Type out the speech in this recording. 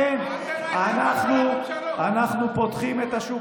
כבוד השר, אתם הייתם שותפים בכל הממשלות.